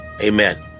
Amen